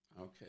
Okay